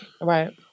Right